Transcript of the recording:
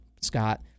Scott